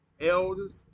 elders